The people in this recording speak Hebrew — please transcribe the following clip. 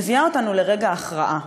מביאה אותנו לרגע ההכרעה,